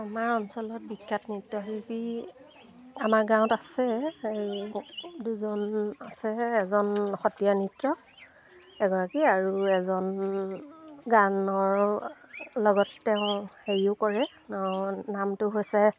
আমাৰ অঞ্চলত বিখ্যাত নৃত্যশিল্পী আমাৰ গাঁৱত আছে এই দুজন আছে এজন সত্ৰীয়া নৃত্য এগৰাকী আৰু এজন গানৰ লগত তেওঁ হেৰিও কৰে তেওঁ নামটো হৈছে